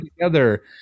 together